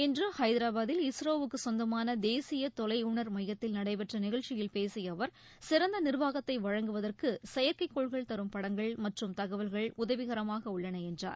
இன்று ஹைதராபத்தில் இஸ்ரோவுக்குச் சொந்தமான தேசிய தொலையுணர் மையத்தில் நடைபெற்ற நிகழ்ச்சியில் பேசிய அவர் சிறந்த நிர்வாகத்தை வழங்குவதற்கு செயற்கைக் கோள்கள் தரும் படங்கள் மற்றும் தகவல்கள் உதவிகரமாக உள்ளன என்றார்